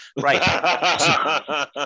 Right